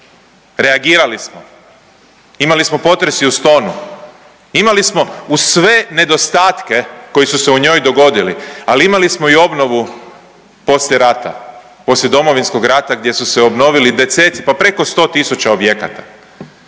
reagirali smo, imali smo potres i u Stonu, imali smo uz sve nedostatke koji su se u njoj dogodili, ali imali smo i obnovu poslije rata, poslije Domovinskog rata gdje su se obnovili deseci, pa preko 100 tisuća objekata,